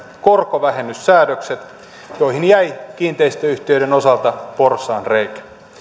korkovähennyssäädökset joihin jäi kiinteistöyhtiöiden osalta porsaanreikä